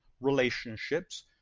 relationships